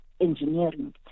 engineering